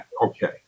okay